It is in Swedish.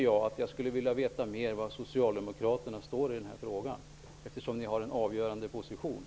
Jag skulle vilja veta mer om var Socialdemokraterna står i denna fråga, eftersom partiet har en avgörande position.